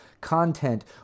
content